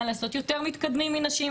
מה לעשות יותר מתקדמים מנשים,